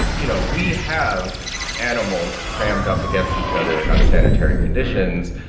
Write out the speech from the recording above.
you know, we have animals crammed up against each other in unsanitary conditions.